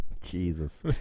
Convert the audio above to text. Jesus